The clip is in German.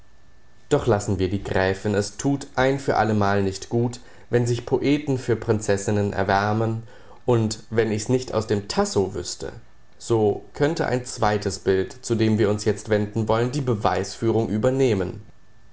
doch lassen wir die gräfin es tut ein für allemal nicht gut wenn sich poeten für prinzessinnen erwärmen und wenn ich's nicht aus dem tasso wüßte so könnte ein zweites bild zu dem wir uns jetzt wenden wollen die beweisführung übernehmen